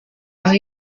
aho